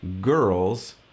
girls